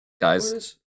guys